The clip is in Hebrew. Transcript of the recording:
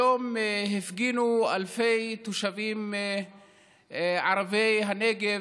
היום הפגינו אלפי תושבים ערביי הנגב,